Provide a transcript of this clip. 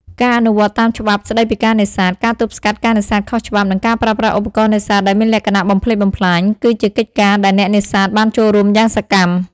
ការអនុវត្តន៍តាមច្បាប់ស្តីពីការនេសាទ ការទប់ស្កាត់ការនេសាទខុសច្បាប់ និងការប្រើប្រាស់ឧបករណ៍នេសាទដែលមានលក្ខណៈបំផ្លិចបំផ្លាញ គឺជាកិច្ចការដែលអ្នកនេសាទបានចូលរួមយ៉ាងសកម្ម។